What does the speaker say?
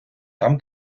там